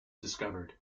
discovered